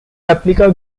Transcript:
replica